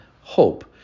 hope